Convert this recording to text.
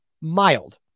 mild